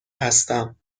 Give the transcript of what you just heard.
هستم